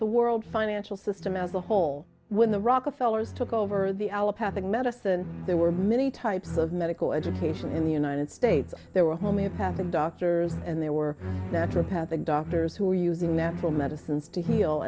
the world financial system as a whole when the rockefeller's took over the allopath of medicine there were many types of medical education in the united states there were homeopathic doctors and there were natural path and doctors who were using natural medicines to heal